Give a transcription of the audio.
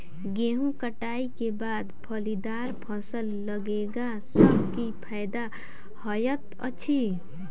गेंहूँ कटाई केँ बाद फलीदार फसल लगेला सँ की फायदा हएत अछि?